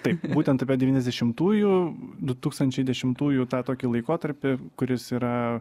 taip būtent apie devyniasdešimtųjų du tūkstančiai dešimtųjų tą tokį laikotarpį kuris yra